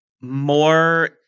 More